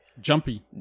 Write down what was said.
jumpy